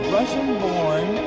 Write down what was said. Russian-born